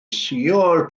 suo